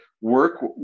Work